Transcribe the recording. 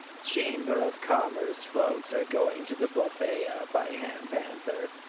chamber of commerce folks are going to the buffet out by ham panther.